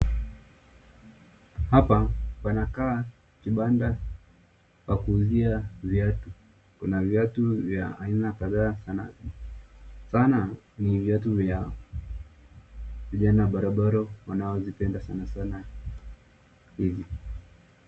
Hapa panakaa kibanda pa kuuzia viatu. Kuna viatu vya aina kadhaa na sana sana ni viatu vya, vijana barobaro wanao zipenda sana sana hizi.